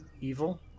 evil